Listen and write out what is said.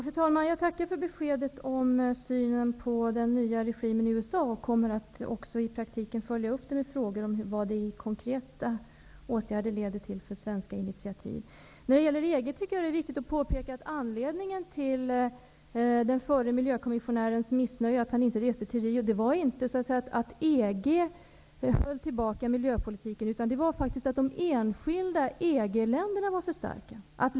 Fru talman! Jag tackar för beskedet om synen på den nya regimen i USA. Jag kommer att följa upp det i praktiken med frågor om vad det konkret leder till för svenska initiativ. När det gäller EG, är det viktigt att påpeka att anledningen till den förre miljökommissionärens missnöje och att han inte reste till Rio inte var att EG höll tillbaka miljöpolitiken, utan att de enskilda EG-länderna var för starka.